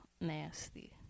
nasty